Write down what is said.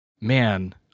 man